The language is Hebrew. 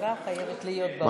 השרה חייבת להיות במליאה.